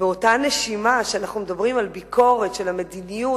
באותה נשימה שאנחנו מדברים על ביקורת על המדיניות,